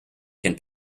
can